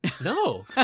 No